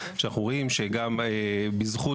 שבזכות